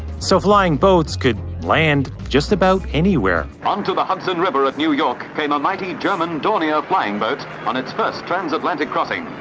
so flying boats could land just about anywhere. onto the hudson river at new york came a mighty german dornier flying boat on its first transatlantic crossing.